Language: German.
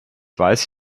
weiß